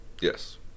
yes